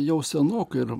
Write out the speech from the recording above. jau senokai ir